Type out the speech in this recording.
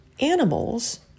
animals